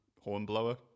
Hornblower